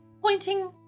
Pointing